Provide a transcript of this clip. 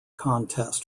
contest